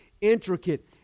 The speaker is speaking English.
intricate